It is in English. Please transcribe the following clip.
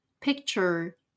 picture